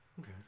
okay